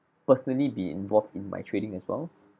personally be involved in my trading as well